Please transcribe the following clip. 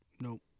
Nope